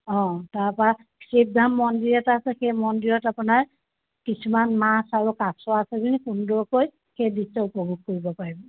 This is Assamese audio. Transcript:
অ' তাৰপা মন্দিৰ এটা আছে সেই মন্দিৰত আপোনাৰ কিছুমান মাছ আৰু কাছ আছে সেইবোৰ সুন্দৰকৈ সেই দৃশ্য উপভোগ কৰিব পাৰিব